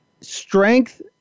strength